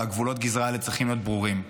וגבולות גזרה האלה צריכים להיות ברורים.